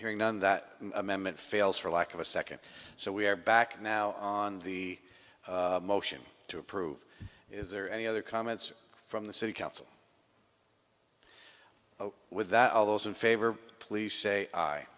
hearing on that amendment fails for lack of a second so we are back now on the motion to approve is there any other comments from the city council ok with that all those in favor please say